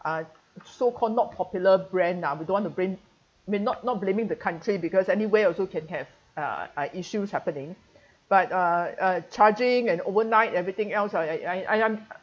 uh so called not popular brand ah we don't want to bring may not not blaming the country because anywhere also can have uh uh issues happening but uh uh charging and overnight everything else I I I am